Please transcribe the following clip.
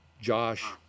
Josh